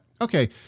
Okay